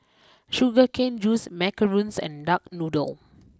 Sugar Cane juice Macarons and Duck Noodle